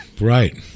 Right